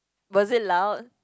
was it loud